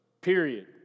period